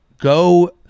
Go